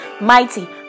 mighty